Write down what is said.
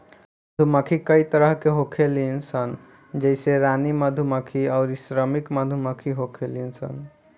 मधुमक्खी कई तरह के होखेली सन जइसे रानी मधुमक्खी अउरी श्रमिक मधुमक्खी होखेली सन